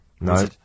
no